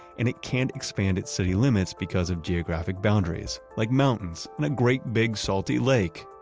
and it can't expand its city limits because of geographic boundaries like mountains and a great big, salty lake.